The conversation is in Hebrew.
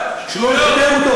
לובי לזוגות הצעירים.